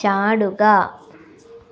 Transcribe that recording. ചാടുക